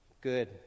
Good